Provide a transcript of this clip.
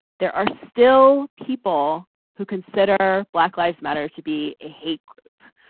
there are still people who consider black lives matter to be a hate group.